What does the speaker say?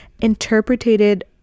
interpreted